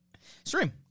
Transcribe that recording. Stream